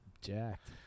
jacked